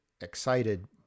excited